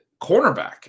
cornerback